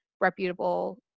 reputable